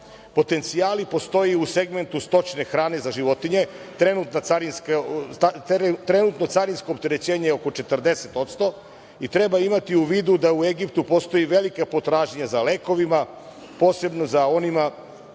Potencijali postoje i u segmentu stočne hrane za životinje. Trenutno carinsko opterećenje je oko 40% i treba imati u vidu da u Egiptu postoji velika potražnja za lekovima, posebno za onima